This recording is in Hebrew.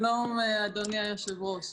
שלום, אדוני היושב-ראש.